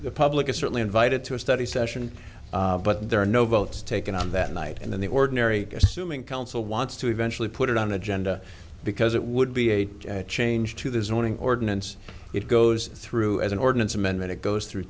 the public is certainly invited to a study session but there are no votes taken on that night and then the ordinary assuming council wants to eventually put it on the agenda because it would be a change to the zoning ordinance it goes through as an ordinance amendment it goes through